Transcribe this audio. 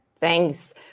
Thanks